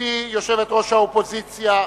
גברתי יושבת-ראש האופוזיציה,